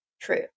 True